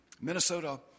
minnesota